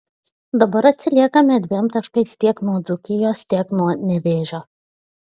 dabar atsiliekame dviem taškais tiek nuo dzūkijos tiek nuo nevėžio